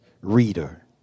reader